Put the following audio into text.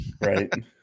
right